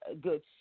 good